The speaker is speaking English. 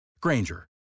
Granger